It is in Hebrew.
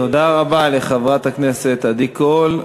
תודה רבה לחברת הכנסת עדי קול.